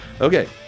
Okay